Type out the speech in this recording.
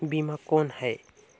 बीमा कौन है?